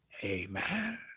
Amen